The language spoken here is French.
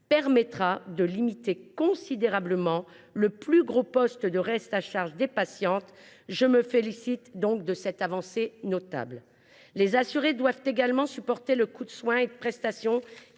permettra de réduire considérablement le plus gros poste de reste à charge des patientes ; je me félicite donc de cette avancée notable. Les assurées doivent également supporter le coût de soins et de prestations